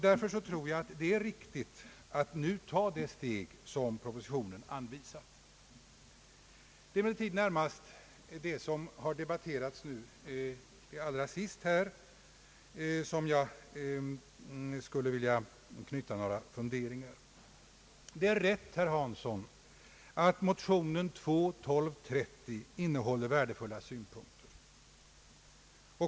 Därför tror jag att det är riktigt att nu ta det steg som propositionen anvisar. Det är emellertid närmast det som har debatterats nu allra sist här som jag skulle vilja knyta några funderingar till. Det är rätt, herr Hansson, att motionen II: 1230 innehåller värdefulla synpunkter.